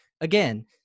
Again